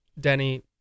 Denny